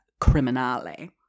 criminale